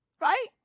Right